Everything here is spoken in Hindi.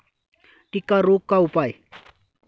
टिक्का रोग का उपाय?